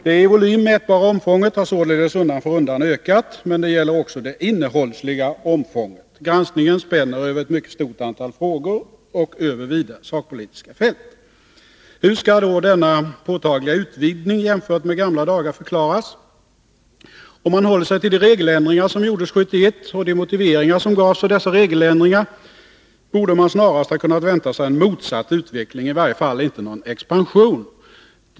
Det i volym mätbara omfånget har således undan för undan ökat. Men det gäller också det innehållsliga omfånget. Granskningen spänner över ett mycket stort antal frågor och över vida sakpolitiska fält. Hur skall då denna påtagliga utvidgning jämfört med gamla dagar förklaras? Om man håller sig till de regeländringar som gjordes 1971 och de motiveringar som gavs för dessa regeländringar, borde man snarast ha kunnat vänta sig en motsatt utveckling, i varje fall inte någon expansion.